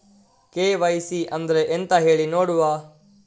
KYC ಅಂದ್ರೆ ಎಂತ ಹೇಳಿ ನೋಡುವ?